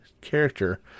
character